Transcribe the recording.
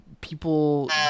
people